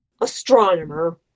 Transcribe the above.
astronomer